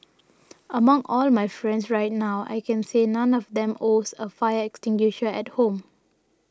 among all my friends right now I can say none of them owns a fire extinguisher at home